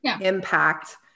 impact